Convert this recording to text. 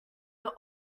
your